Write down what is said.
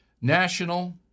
National